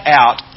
out